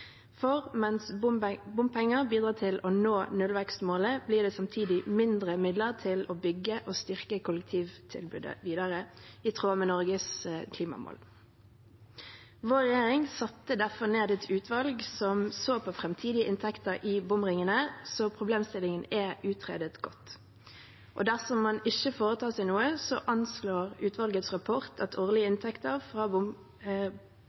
For mens bompenger bidrar til å nå nullvekstmålet, blir det samtidig færre midler til å bygge og styrke kollektivtilbudet videre, i tråd med Norges klimamål. Vår regjering satte derfor ned et utvalg som så på framtidige inntekter i bomringene, så problemstillingen er utredet godt. Dersom man ikke foretar seg noe, anslår utvalget i rapporten at årlige inntekter fra